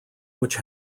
which